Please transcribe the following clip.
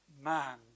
man